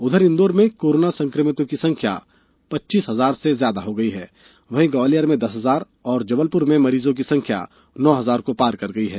उधर इन्दौर में कोरोना संक्रमितों की संख्या पच्चीस हजार से ज्यादा हो गई है वहीं ग्वालियर में दस हजार और जबलपुर में मरीजों की संख्या नौ हजार को पार कर गई है